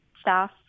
staff